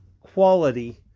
quality